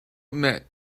admit